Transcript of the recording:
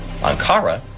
Ankara